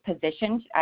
positioned